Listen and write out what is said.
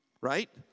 right